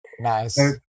Nice